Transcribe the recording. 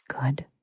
good